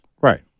Right